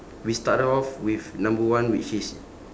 we started off with number one which is